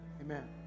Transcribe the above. amen